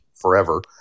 forever